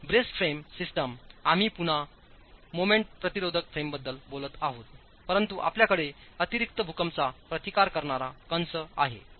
braced frame system आम्ही पुन्हा moment प्रतिरोधक फ्रेमबद्दल बोलत आहोत परंतु आपल्याकडे अतिरिक्त भूकंपाचा प्रतिकार करणारा कंस आहे